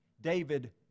David